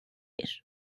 bir